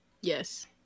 Yes